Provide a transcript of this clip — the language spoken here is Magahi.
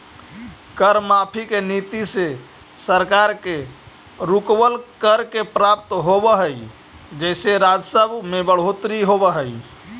कर माफी के नीति से सरकार के रुकवल, कर के प्राप्त होवऽ हई जेसे राजस्व में बढ़ोतरी होवऽ हई